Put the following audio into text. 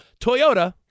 Toyota